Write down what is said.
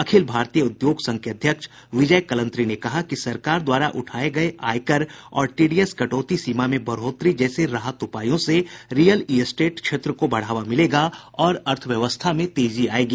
अखिल भारतीय उद्योग संघ के अध्यक्ष विजय कलन्त्री ने कहा कि सरकार द्वारा उठाये गये आयकर और टीडीएस कटौती सीमा में बढ़ोतरी जैसे राहत उपायों से रीयल एस्टेट क्षेत्र को बढ़ावा मिलेगा और अर्थव्यवस्था में तेजी आएगी